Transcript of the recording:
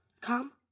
Come